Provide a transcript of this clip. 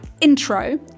Intro